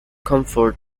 comfort